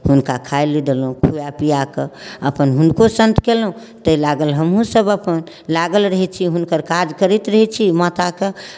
हुनका खाय लेल देलहुँ खुआ पिआ कऽ अपन हुनको शान्त कयलहुँ ताहि लागल हमहूँसभ अपन लागल रहै छी हुनकर काज करैत रहै छी माताके